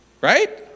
Right